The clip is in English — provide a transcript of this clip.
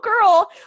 girl